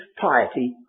piety